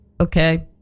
Okay